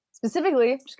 Specifically